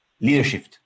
leadership